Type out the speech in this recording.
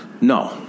No